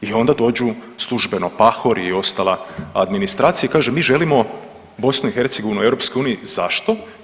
I onda dođu službeno Pahor i ostala administracija i kaže, mi želimo BiH u EU, zašto?